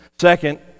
Second